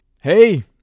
Hey